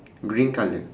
green colour